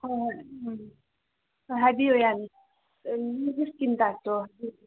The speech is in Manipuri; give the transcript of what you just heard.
ꯍꯣꯏ ꯍꯣꯏ ꯎꯝ ꯍꯣꯏ ꯍꯥꯏꯕꯤꯌꯣ ꯌꯥꯅꯤ ꯏꯁꯀꯤꯟ ꯇꯥꯏꯞꯇꯣ